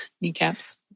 kneecaps